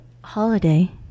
holiday